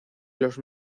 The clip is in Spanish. los